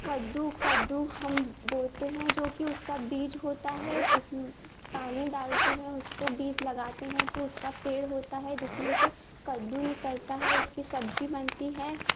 कद्दू कद्दू हम बोते हैं जो कि उसका बीज होता है उस पानी डालते हैं उसको बीज लगाते हैं तो उसका पेड़ होता है जिसमें से कद्दू निकलता है उसकी सब्जी बनाते हैं